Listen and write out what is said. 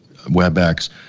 WebEx